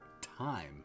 Time